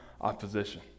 opposition